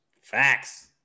facts